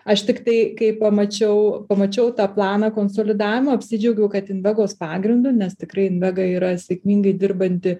aš tiktai kai pamačiau pamačiau tą planą konsolidavimo apsidžiaugiau kad invegos pagrindu nes tikrai invega yra sėkmingai dirbanti